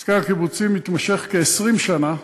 הסכם הקיבוצים מתמשך כ-20 שנה.